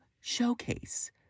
showcase